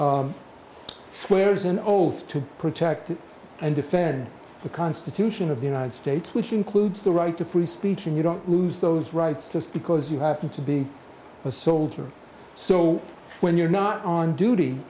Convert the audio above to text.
military swears an oath to protect and defend the constitution of the united states which includes the right to free speech and you don't lose those rights just because you happen to be a soldier so when you're not on duty